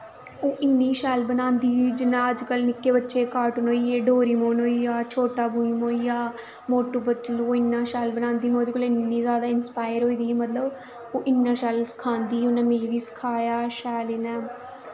ओह् इन्नी शैल बनांदी ही जि'यां अजकल्ल निक्के बच्चें दे कार्टून होइये डोरी मून होइया शोटा मून होईया मोटू पतलू इन्ने शैल बनांदी ही में ओह्दे कोला दा इन्नी इंस्पायर होई दी ही मतलब ओह् इन्ना शैल सखांदी ही उ'नें मिगी बी सखाया